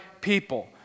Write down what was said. people